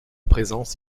présence